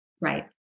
Right